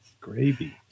Gravy